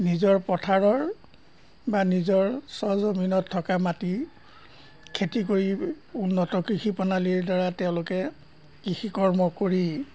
নিজৰ পথাৰৰ বা নিজৰ স্বজমিনত থকা মাটি খেতি কৰি উন্নত কৃষি প্ৰণালীৰ দ্বাৰা তেওঁলোকে কৃষি কৰ্ম কৰি